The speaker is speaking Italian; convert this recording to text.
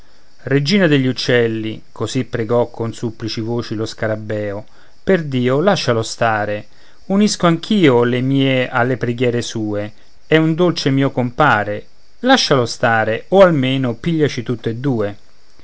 regina degli uccelli così pregò con supplici voci lo scarabeo per dio lascialo stare unisco anch'io le mie alle preghiere sue è un dolce mio compare lascialo stare o almeno pigliaci tutt'e due